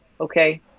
okay